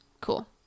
Cool